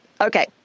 okay